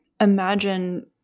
imagine